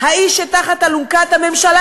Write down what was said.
האיש שתחת אלונקת הממשלה